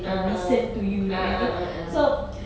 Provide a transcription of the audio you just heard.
(uh huh) ah ah ah ah